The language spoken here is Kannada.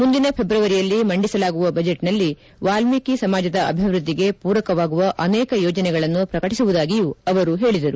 ಮುಂದಿನ ಥೆಬ್ರವರಿಯಲ್ಲಿ ಮಂಡಿಸಲಾಗುವ ಬಜೆಟ್ನಲ್ಲಿ ವಾಲ್ಮೀಕಿ ಸಮಾಜದ ಅಭಿವೃದ್ದಿಗೆ ಪೂರಕವಾಗುವ ಅನೇಕ ಯೋಜನೆಗಳನ್ನು ಪ್ರಕಟಿಸುವುದಾಗಿಯೂ ಅವರು ಹೇಳಿದರು